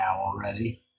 already